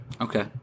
okay